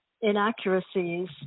inaccuracies